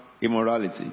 immorality